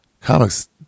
comics